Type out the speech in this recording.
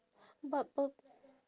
but pur~